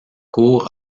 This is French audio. cour